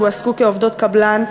שהועסקו כעובדות קבלן,